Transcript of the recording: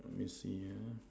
let me see ah